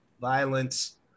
violence